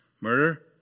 Murder